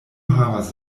havas